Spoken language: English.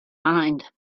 mind